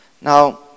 Now